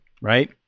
right